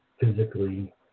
physically